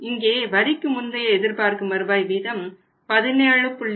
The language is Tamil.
இங்கே வரிக்கு முந்தைய எதிர்பார்க்கும் வருவாய் வீதம் 17